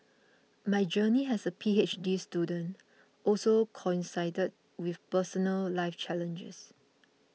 my journey as a P H D student also coincided with personal life challenges